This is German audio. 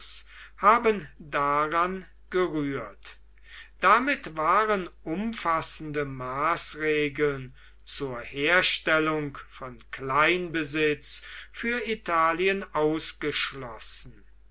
haben daran gerührt damit waren umfassende maßregeln zur herstellung von kleinbesitz für italien ausgeschlossen